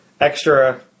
extra